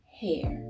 hair